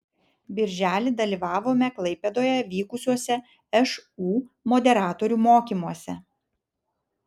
birželį dalyvavome klaipėdoje vykusiuose šu moderatorių mokymuose